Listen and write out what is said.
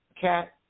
Cat